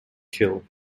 kill